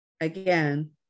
again